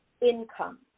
income